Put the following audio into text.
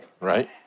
Right